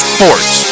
Sports